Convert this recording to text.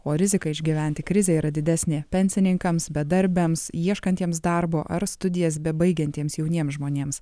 o rizika išgyventi krizę yra didesnė pensininkams bedarbiams ieškantiems darbo ar studijas bebaigiantiems jauniems žmonėms